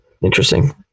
Interesting